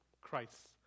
Christ